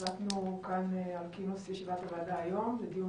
החלטנו על כינוס ישיבת הוועדה היום לדיון